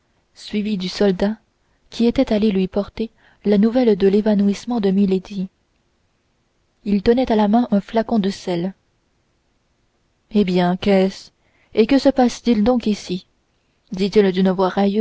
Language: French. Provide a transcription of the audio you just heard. suivi du soldat qui était allé lui porter la nouvelle de l'évanouissement de milady il tenait à la main un flacon de sels eh bien qu'est-ce et que se passe-t-il donc ici dit-il d'une voix